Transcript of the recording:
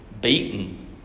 beaten